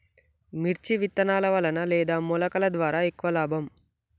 మిర్చి విత్తనాల వలన లేదా మొలకల ద్వారా ఎక్కువ లాభం?